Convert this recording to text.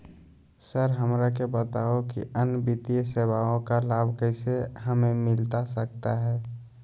Sir हमरा के बताओ कि अन्य वित्तीय सेवाओं का लाभ कैसे हमें मिलता सकता है?